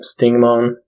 Stingmon